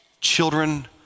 children